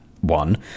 one